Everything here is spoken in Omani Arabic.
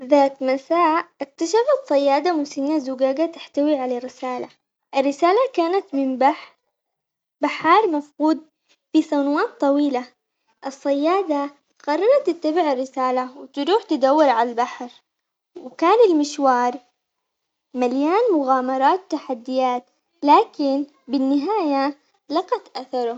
ذات مساء اكتشفت صيادة مسنة زجاجة تحتوي على رسالة، الرسالة كانت من بح- بحار مفقود لسنوات طويلة الصيادة قررت تتبع الرسالة وتروح تدور عالبحار، وكان المشوار مليان مغامرات وتحديات، لكن بالنهاية لقت أثره.